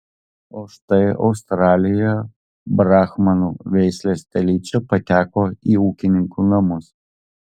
o štai australijoje brahmanų veislės telyčia pateko į ūkininkų namus